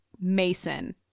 Mason